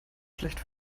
schlecht